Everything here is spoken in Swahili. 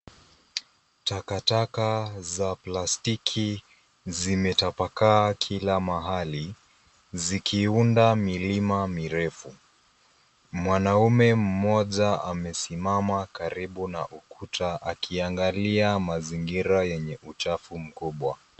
Takataka za plastiki zimetapakaa kila mahali zikiunda milima mirefu. Mwanaume mmoja amesimama karibu na ukuta akiangalia mazingira yenye uchafu mkubwa.